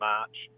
March